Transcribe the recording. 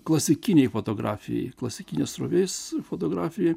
klasikinei fotografijai klasikinės srovės fotografija